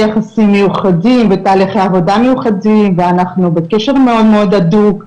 יחסים מיוחדים ותהליכי עבודה מיוחדים ואנחנו בקשר מאוד מאוד הדוק,